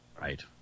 right